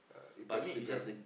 uh impressive gun